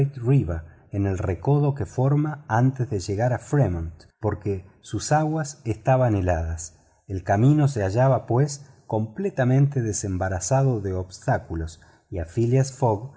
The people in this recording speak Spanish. platte en el recodo que forma antes de llegar a fremont porque sus aguas estaban heladas el camino se hallaba pues completamente libre de obstáculos y a